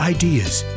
ideas